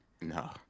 no